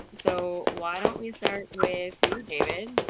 um so why don't we start with you, david.